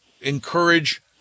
encourage